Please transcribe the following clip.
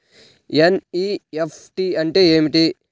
NEFT అంటే ఏమిటి?